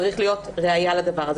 צריכה להיות ראיה לזה.